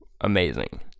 Amazing